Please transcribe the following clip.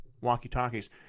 walkie-talkies